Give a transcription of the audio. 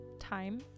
time